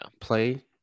play